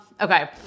Okay